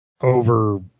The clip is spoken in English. over